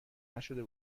نشده